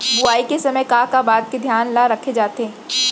बुआई के समय का का बात के धियान ल रखे जाथे?